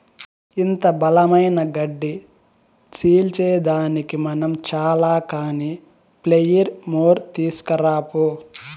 ఇంత బలమైన గడ్డి సీల్సేదానికి మనం చాల కానీ ప్లెయిర్ మోర్ తీస్కరా పో